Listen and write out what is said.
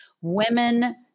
women